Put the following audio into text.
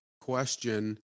question